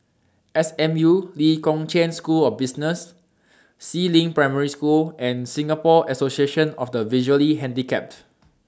S M U Lee Kong Chian School of Business Si Ling Primary School and Singapore Association of The Visually Handicapped